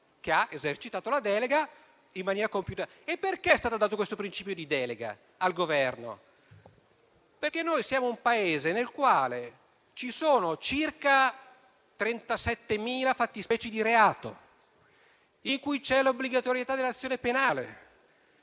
che ha esercitato la delega in maniera compiuta. Era stato dato questo principio di delega al Governo perché il nostro è un Paese nel quale ci sono circa 37.000 fattispecie di reato, in cui c'è l'obbligatorietà dell'azione penale